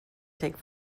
take